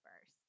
first